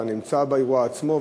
אתה נמצא באירוע עצמו,